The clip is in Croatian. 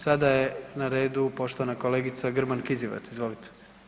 Sada je na redu poštovana kolegica Grman Kizivat, izvolite.